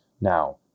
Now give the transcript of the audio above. Now